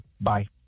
Bye